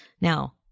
Now